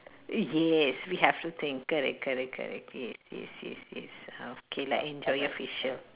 yes we have to think correct correct correct yes yes yes yes ah okay lah enjoy your facial